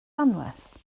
anwes